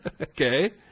Okay